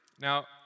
Now